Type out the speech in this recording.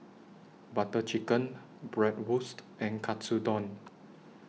Butter Chicken Bratwurst and Katsudon